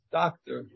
doctor